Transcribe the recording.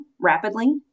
rapidly